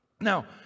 Now